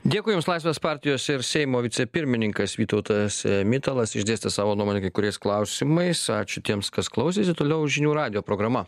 dėkui jums laisvės partijos ir seimo vicepirmininkas vytautas mitalas išdėstė savo nuomonę kai kuriais klausimais ačiū tiems kas klausėsi toliau žinių radijo programa